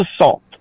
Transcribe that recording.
assault